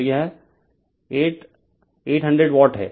तो यह 8 800 वाट है